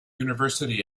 university